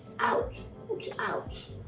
ouch, ooch, ouch.